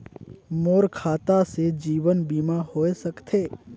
मोर खाता से जीवन बीमा होए सकथे?